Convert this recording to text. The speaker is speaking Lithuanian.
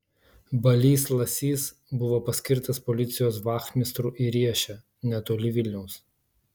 balys lasys buvo paskirtas policijos vachmistru į riešę netoli vilniaus